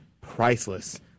priceless